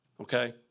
okay